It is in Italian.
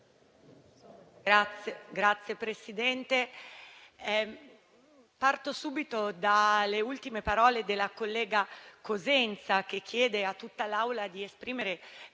Signor Presidente, parto subito dalle ultime parole della collega Cosenza, che chiede a tutta l'Assemblea di esprimere